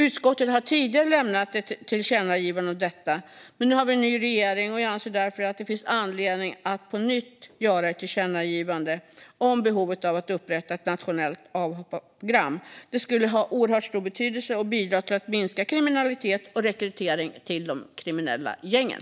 Utskottet har tidigare lämnat ett tillkännagivande om detta, men nu har vi en ny regering, och vi anser därför att det finns anledning att på nytt göra ett tillkännagivande om behovet av att upprätta ett nationellt avhopparprogram. Det skulle ha oerhört stor betydelse och bidra till att minska kriminalitet och rekrytering till de kriminella gängen.